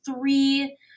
three